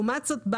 לעומת זאת,